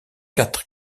quatre